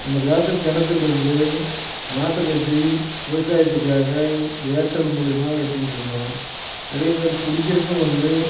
அந்த காலத்தில் கிணத்திலிருந்து மாட்டை கட்டி விவசாயத்துக்காக ஏற்றல் மூலிமா எடுத்துக்கிட்டுருந்தோம் அதே மாதிரி குடிக்கிறக்கும் வந்து